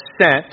sent